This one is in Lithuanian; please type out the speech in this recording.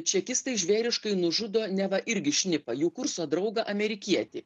čekistai žvėriškai nužudo neva irgi šnipą jų kurso draugą amerikietį